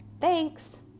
Thanks